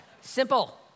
Simple